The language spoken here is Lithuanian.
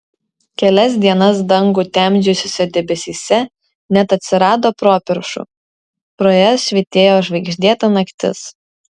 kelias dienas dangų temdžiusiuose debesyse net atsirado properšų pro jas švytėjo žvaigždėta naktis